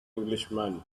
englishman